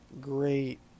great